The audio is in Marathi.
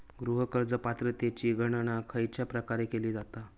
गृह कर्ज पात्रतेची गणना खयच्या प्रकारे केली जाते?